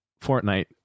Fortnite